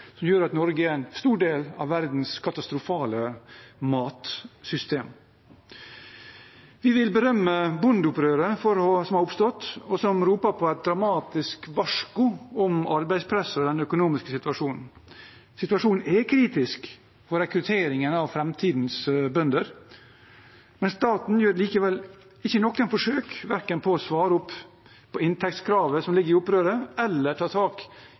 som gjør at Norge er en stor del av verdens katastrofale matsystem. Vi vil berømme bondeopprøret som har oppstått, og som roper et dramatisk varsko om arbeidspresset og den økonomiske situasjonen. Situasjonen er kritisk for rekrutteringen av framtidens bønder, men staten gjør likevel ikke noe forsøk på verken å svare opp når det gjelder inntektskravet som ligger i opprøret, eller ta tak